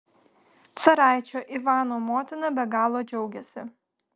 caraičio ivano motina be galo džiaugiasi